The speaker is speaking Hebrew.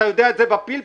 אתה יודע את זה בפלפל,